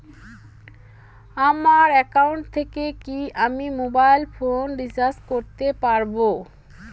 আমার একাউন্ট থেকে কি আমি মোবাইল ফোন রিসার্চ করতে পারবো?